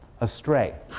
astray